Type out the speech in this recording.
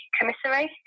Commissary